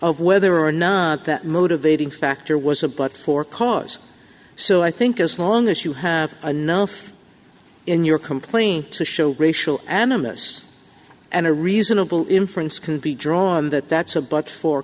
of whether or not the motivating factor was a but for cause so i think as long as you have enough in your complaint to show racial animus and a reasonable inference can be drawn that that's a but for